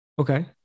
Okay